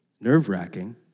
Nerve-wracking